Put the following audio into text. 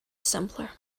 simpler